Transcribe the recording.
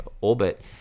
orbit